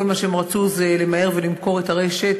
כל מה שהם רצו זה למהר ולמכור את הרשת,